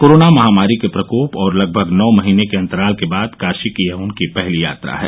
corona महामारी के प्रकोप और लगभग नौ महीने के अंतराल के बाद काशी की यह उनकी पहली यात्रा है